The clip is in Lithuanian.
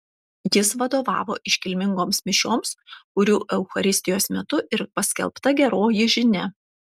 jis vadovavo iškilmingoms mišioms kurių eucharistijos metu ir paskelbta geroji žinia